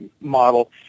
model